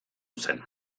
zen